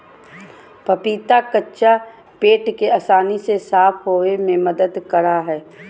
पपीता कच्चा पेट के आसानी से साफ होबे में मदद करा हइ